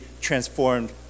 transformed